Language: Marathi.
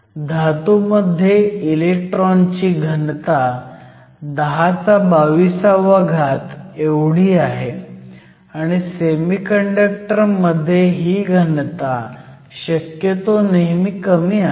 धातू मध्ये इलेक्ट्रॉनची घनता 1022 आहे आणि सेमीकंडक्टर मध्ये ही घनता शक्यतो नेहमी कमी असते